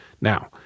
Now